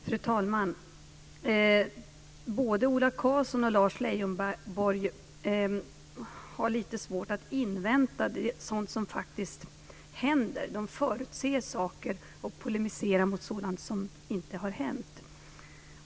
Fru talman! Både Ola Karlsson och Lars Leijonborg har lite svårt att invänta sådant som händer. De förutser saker och polemiserar mot sådant som inte har hänt.